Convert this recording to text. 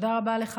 תודה רבה לך,